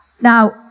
Now